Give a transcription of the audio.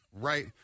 Right